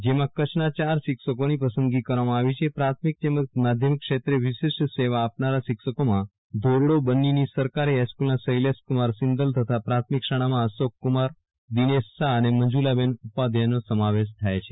જેમાં કચ્છના યાર શિક્ષકોની પસંદગી કરવામાં આવી છે પ્રાથમિક તેમજ માધ્યમિક ક્ષેત્રે વિશિષ્ટ સેવા આપનારા શિક્ષકોમાં ધોરડો બન્ની ની સરકારી હાઇસ્કુલના શૈલેશ કુમાર સિંઘલ તથા પ્રાથમિક શાળામાં અશોક પરમાર દિનેશ શાહ અને મંજુલાબેન ઉપાધ્યાયનો સમાવેશ થાય છે